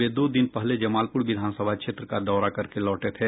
वे दो दिन पहले जमालपुर विधानसभा क्षेत्र का दौरा करके लौटे थे